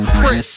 Chris